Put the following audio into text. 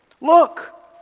Look